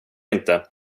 inte